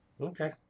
Okay